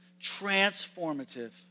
transformative